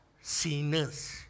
sinners